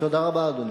תודה רבה, אדוני.